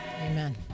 Amen